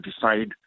decide